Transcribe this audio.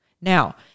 Now